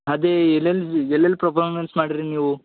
ಅದೇ ಎಲೆಲ್ಲಿ ಎಲ್ಲೆಲ್ಲಿ ಪ್ರಪಾಮೆನ್ಸ್ ಮಾಡ್ರಿ ನೀವು